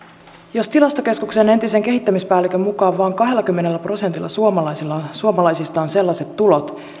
jos tilastokeskuksen entisen kehittämispäällikön mukaan vain kahdellakymmenellä prosentilla suomalaisista on sellaiset tulot